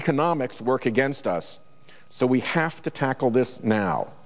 economics work against us so we have to tackle this now